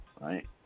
right